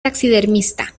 taxidermista